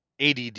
ADD